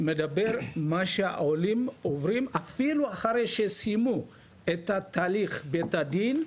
לכן אני מדבר על מה שהעולים עוברים אפילו אחרי שסיימו את הליך בית הדין,